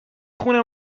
خونه